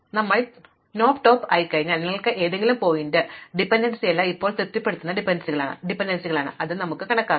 ഇപ്പോൾ ഞങ്ങൾ നോപ് ടോപ്പ് ആയിക്കഴിഞ്ഞാൽ നിങ്ങൾ ഏതെങ്കിലും ശീർഷകം കാണുന്ന ഡിപൻഡൻസിയെല്ലാം ഇപ്പോൾ തൃപ്തിപ്പെടുത്തുന്ന ഡിപൻഡൻസികളാണ് തുടർന്ന് ഞങ്ങൾക്ക് അത് കണക്കാക്കാം